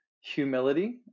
humility